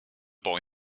boy